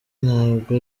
ntabwo